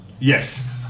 Yes